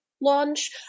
launch